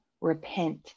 repent